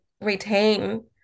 retain